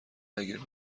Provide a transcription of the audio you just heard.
نگیر